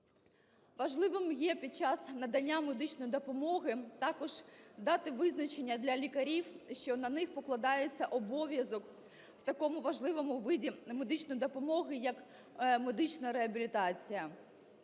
Важливим є під час надання медичної допомоги також дати визначення для лікарів, що на них покладається обов'язок в такому важливому вигляді медичної допомоги як медична реабілітація.